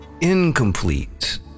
Incomplete